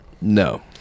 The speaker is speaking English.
No